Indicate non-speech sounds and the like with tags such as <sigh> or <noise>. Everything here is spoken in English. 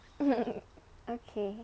<noise> okay